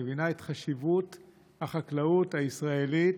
היא מבינה את חשיבות החקלאות הישראלית